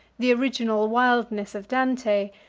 the original wildness of dante,